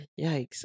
Yikes